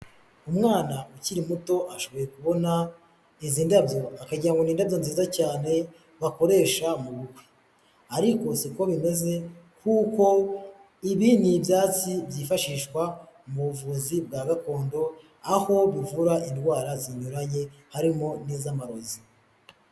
Umwana ukiri muto ashoboye kubona izi ndabyo, akagira ngo ni indabyo nziza cyane bakoresha mu bukwe, ariko si ko bimeze kuko ibi ni ibyatsi byifashishwa mu buvuzi bwa gakondo, aho bivura indwara zinyuranye harimo n'iz'amarozi.